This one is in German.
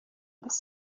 lässt